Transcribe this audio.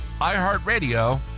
iHeartRadio